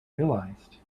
realized